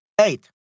Eight